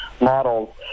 models